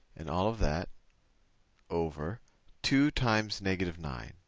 and all of that over two times negative nine,